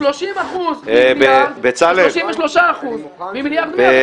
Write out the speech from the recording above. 30% ממיליארד ו-33% ממיליארד מאה,